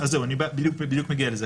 אני בדיוק מגיע לזה.